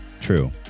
True